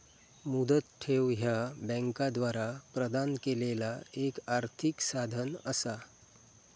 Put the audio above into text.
मुदत ठेव ह्या बँकांद्वारा प्रदान केलेला एक आर्थिक साधन असा